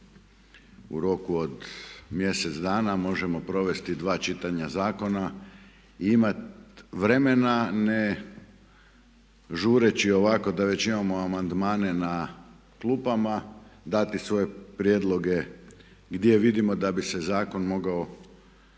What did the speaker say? u roku od mjesec dana možemo provesti 2 čitanja zakona i imati vremena ne žureći ovako da već imamo amandmane na klupama dati svoje prijedloge gdje vidimo da bi se zakon mogao